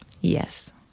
Yes